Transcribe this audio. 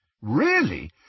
Really